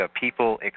people